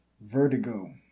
Vertigo